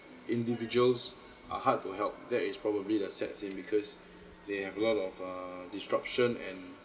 individuals are hard to help that is probably the sad thing because they have lot of err disruption and